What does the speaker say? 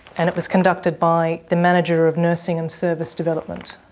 and it was conducted by the manager of nursing and service development.